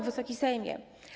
Wysoki Sejmie!